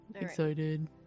Excited